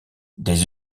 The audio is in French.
des